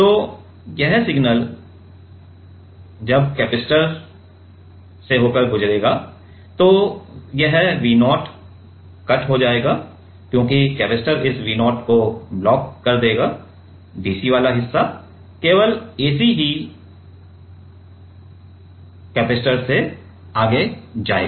तो यह सिग्नल एक बार चला जाता है तो यह V 0 कट जाएगा क्योंकि कैपेसिटर इस V 0 को ब्लॉक कर देगा dc वाला हिस्सा केवल ac जाएगा ac जाएगा